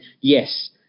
yes